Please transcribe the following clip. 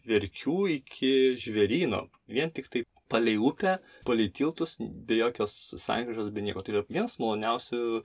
verkių iki žvėryno vien tiktai palei upę palei tiltus be jokios sankryžos be nieko tai yra viens maloniausių